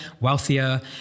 wealthier